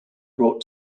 brought